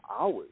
hours